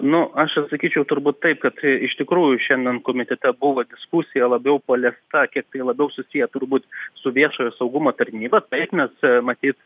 nu aš atsakyčiau turbūt taip kad iš tikrųjų šiandien komitete buvo diskusija labiau paliesta kiek tai labiau susiję turbūt su viešojo saugumo tarnyba taip mes matyt